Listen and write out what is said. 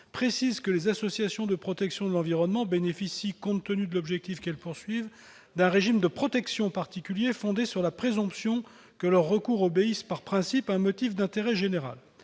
prévoit que les associations de protection de l'environnement bénéficient, compte tenu de leur objet, d'un régime de protection particulier fondé sur la présomption que leurs recours obéissent, par principe, à un motif d'intérêt général.